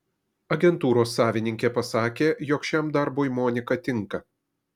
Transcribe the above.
agentūros savininkė pasakė jog šiam darbui monika tinka